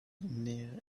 near